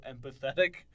empathetic